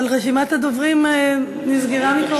אבל רשימת הדוברים נסגרה קודם.